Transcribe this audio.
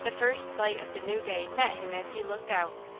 the first light of the new day met him as he looked out,